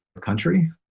country